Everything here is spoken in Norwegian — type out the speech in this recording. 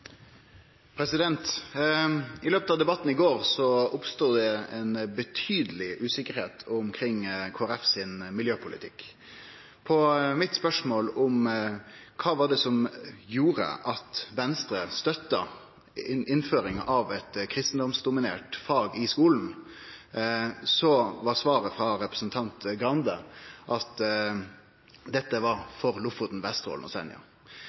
debatten i går oppstod det ei betydeleg usikkerheit omkring Kristeleg Folkeparti sin miljøpolitikk. På spørsmålet mitt om kva det var som gjorde at Venstre støtta innføringa av eit kristendomsdominert fag i skulen, var svaret frå representanten Skei Grande at dette var for Lofoten, Vesterålen og Senja.